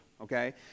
okay